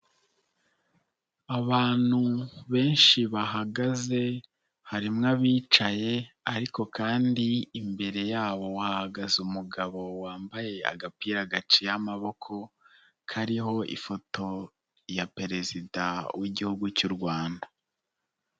Abantu benshi bahagaze harimo abicaye ariko kandi imbere yabo hahagaze umugabo wambaye agapira gaciye amaboko kariho ifoto ya Perezida w'Igihugu cy'u Rwanda.